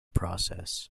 process